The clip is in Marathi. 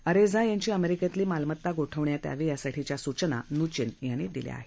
अरेझा यांची अमेरिकेतली मालमत्ता गोठवण्यात यावी यासाठीच्या सूचनाही नूचीन यांनी दिल्या आहेत